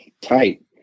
tight